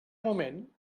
moment